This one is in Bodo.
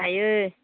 थायो